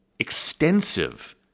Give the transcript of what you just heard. extensive